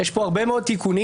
יש פה הרבה מאוד תיקונים,